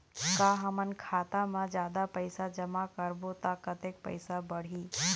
का हमन खाता मा जादा पैसा जमा करबो ता कतेक पैसा बढ़ही?